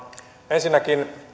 ensinnäkin